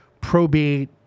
probate